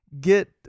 get